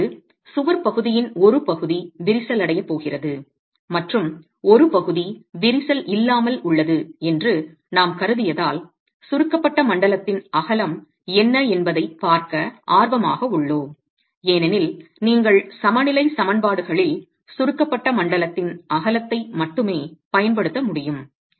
இப்போது சுவர்ப் பகுதியின் ஒரு பகுதி விரிசல் அடையப் போகிறது மற்றும் ஒரு பகுதி விரிசல் இல்லாமல் உள்ளது என்று நாம் கருதியதால் சுருக்கப்பட்ட மண்டலத்தின் அகலம் என்ன என்பதைப் பார்க்க ஆர்வமாக உள்ளோம் ஏனெனில் நீங்கள் சமநிலை சமன்பாடுகளில் சுருக்கப்பட்ட மண்டலத்தின் அகலத்தை மட்டுமே பயன்படுத்த முடியும்